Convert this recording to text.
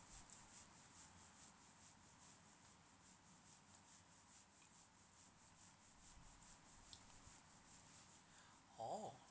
oh